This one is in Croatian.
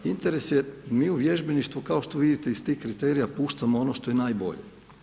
Interes je, mi u vježbeništvu kao što vidite iz tih kriterija puštamo ono što je najbolje.